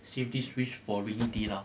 save this wish for rainy day lah